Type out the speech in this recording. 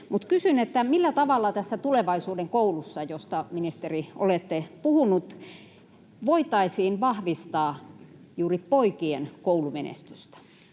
mutta kysyn: millä tavalla tässä tulevaisuuden koulussa, josta olette, ministeri, puhunut, voitaisiin vahvistaa juuri poikien koulumenestystä?